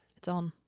it's on.